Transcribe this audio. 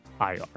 IR